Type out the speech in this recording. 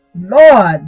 Lord